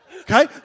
Okay